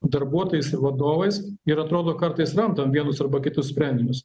darbuotojais ir vadovais ir atrodo kartais randam vienus arba kitus sprendinius